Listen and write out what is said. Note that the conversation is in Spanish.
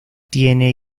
tiene